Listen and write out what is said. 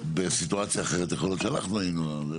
בסיטואציה אחרת יכול להיות שאנחנו היינו מסכימים.